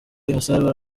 innocent